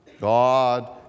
God